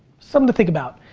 something to think about.